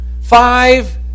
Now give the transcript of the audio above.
five